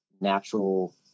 natural